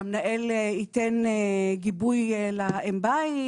והמנהל ייתן גיבוי לאם בית.